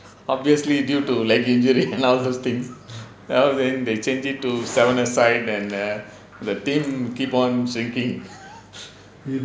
obviously due to leg injury and all those things now then they change it to seven a side and then the team keep on shrinking